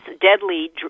deadly